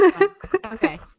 Okay